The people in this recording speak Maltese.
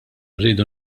rridu